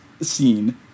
scene